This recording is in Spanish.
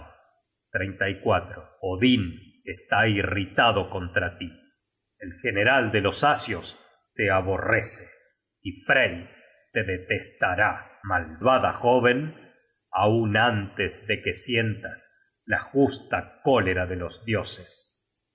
la he hallado odin está irritado contra tí el general de los asios te aborrece y frey te detestará malvada jóven aun antes de que sientas la justa cólera de los dioses